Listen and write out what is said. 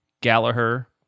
Gallagher